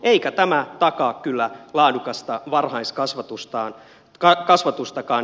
eikä tämä takaa kyllä laadukasta varhaiskasvatustakaan